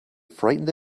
frightened